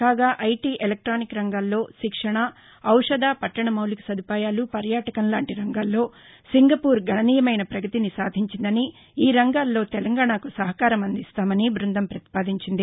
కాగా IT electronic రంగాల్లో శిక్షణఔషధ పట్లణ మౌలిక సదుపాయాలు పర్యాటకం లాంటి రంగాల్లో సింగపూర్ గణనీయమైన పగతిని సాధించిందని ఈ రంగాల్లో తెలంగాణాకు సహకారం అందిస్తామని బ్బందం ప్రతిపాదించింది